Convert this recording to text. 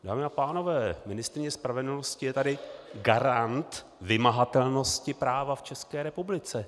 Dámy a pánové, ministryně spravedlnosti je tady garant vymahatelnosti práva v České republice.